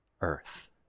earth